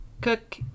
cook